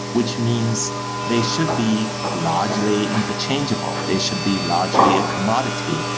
which means they should be largely interchangeable. they should be largely a commodity.